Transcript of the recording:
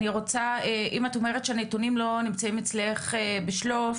אם את אומרת שהנתונים לא נמצאים אצלך בשלוף,